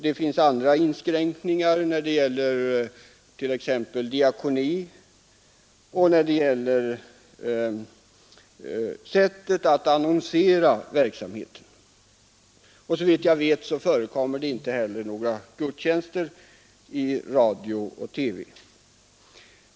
Det finns andra inskränkningar när det gäller t.ex. diakoni och sättet att annonsera religiös verksamhet. Såvitt jag vet förekommer inte heller några gudstjänster i radio och TV.